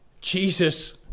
Jesus